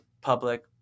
public